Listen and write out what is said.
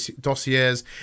dossiers